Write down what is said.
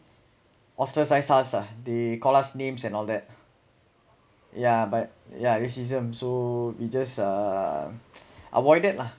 ostracize us ah they call us names and all that yeah but yeah racism so we just uh avoided lah